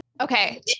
Okay